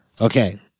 Okay